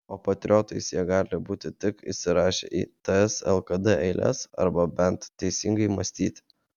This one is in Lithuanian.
o patriotais jie gali būti tik įsirašę į ts lkd eiles arba bent teisingai mąstyti